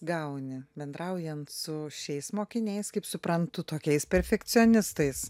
gauni bendraujant su šiais mokiniais kaip suprantu tokiais perfekcionistais